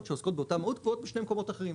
שעוסקות באותה מהות קבועות בשני מקומות אחרים,